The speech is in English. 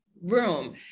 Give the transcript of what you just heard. room